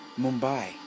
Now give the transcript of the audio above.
Mumbai